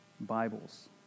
Bibles